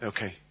Okay